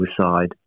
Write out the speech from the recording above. suicide